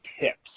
tips